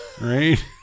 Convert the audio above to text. right